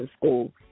school